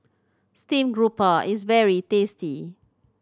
stream grouper is very tasty